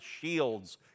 shields